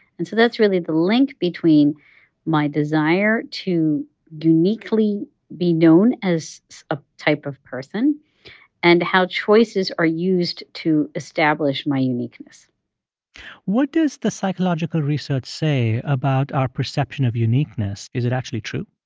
and so that's really the link between my desire to uniquely be known as a type of person and how choices are used to establish my uniqueness what does the psychological research say about our perception of uniqueness? is it actually true?